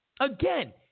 Again